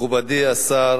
תודה, מכובדי השר,